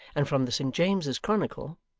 and from the st james's chronicle,